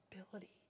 ability